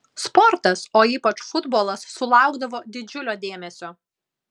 sportas o ypač futbolas sulaukdavo didžiulio dėmesio